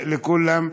לכולם,